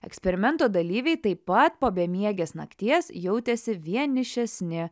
eksperimento dalyviai taip pat po bemiegės nakties jautėsi vienišesni